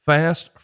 Fast